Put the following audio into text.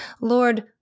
Lord